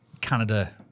Canada